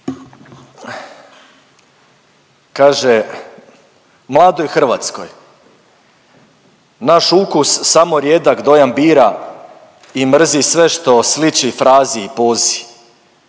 Kaže, mladoj Hrvatskoj naš ukus samo rijedak dojam bira i mrzi sve što sliči frazi i pozi.